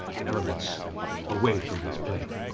the elements away from this plane,